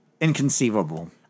Inconceivable